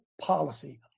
policy